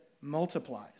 multiplies